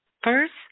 First